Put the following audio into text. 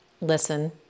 listen